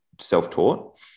self-taught